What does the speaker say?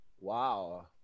Wow